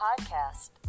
podcast